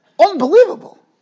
Unbelievable